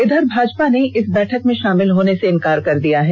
इधर भाजपा र्न इस बैठक में शामिल होने से इनकार कर दिया है